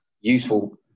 useful